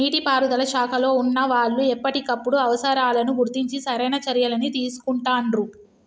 నీటి పారుదల శాఖలో వున్నా వాళ్లు ఎప్పటికప్పుడు అవసరాలను గుర్తించి సరైన చర్యలని తీసుకుంటాండ్రు